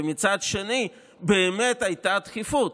ומצד שני באמת הייתה דחיפות,